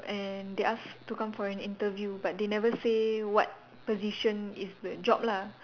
and they asked to come for interview but they did never say what position is the job lah